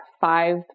five